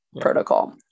protocol